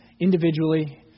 individually